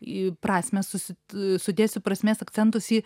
į prasmę susi sudėsiu prasmės akcentus į